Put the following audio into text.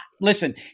listen